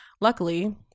Luckily